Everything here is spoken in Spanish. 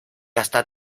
hasta